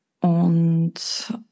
Und